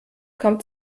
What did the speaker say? kommt